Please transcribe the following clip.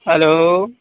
hello